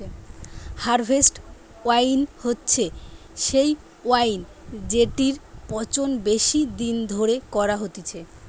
harvest wine হচ্ছে সেই wine জেটির পচন বেশি দিন ধরে করা হতিছে